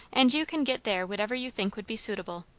and you can get there whatever you think would be suitable,